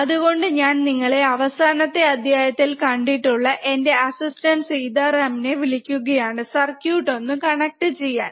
അത്കൊണ്ട് ഞാൻ നിങ്ങൾ അവസാനത്തെ അധ്യായത്തിൽ കണ്ടിട്ടുള്ള എന്റെ അസിസ്റ്റന്റ് സീതറാം നെ വിളിക്കുകയാണ് സർക്യൂട്ട് ഒന്ന് കണക്ട് ചെയ്യാൻ